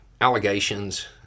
allegations